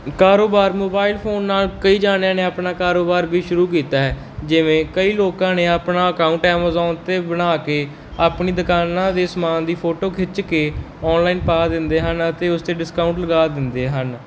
ਕਾਰੋਬਾਰ mobile phone ਨਾਲ ਕਈ ਜਾਣਿਆਂ ਨੇ ਆਪਣਾ ਕਾਰੋਬਾਰ ਵੀ ਸ਼ੁਰੂ ਕੀਤਾ ਹੈ ਜਿਵੇਂ ਕਈ ਲੋਕਾਂ ਨੇ ਆਪਣਾ ਅਕਾਊਂਟ ਐਮਾਜ਼ੋਨ 'ਤੇ ਬਣਾ ਕੇ ਆਪਣੀ ਦੁਕਾਨਾਂ ਦੇ ਸਮਾਨ ਦੀ ਫੋਟੋ ਖਿੱਚ ਕੇ ਔਨਲਾਈਨ ਪਾ ਦਿੰਦੇ ਹਨ ਅਤੇ ਉਸ 'ਤੇ ਡਿਸਕਾਊਂਟ ਲਗਾ ਦਿੰਦੇ ਹਨ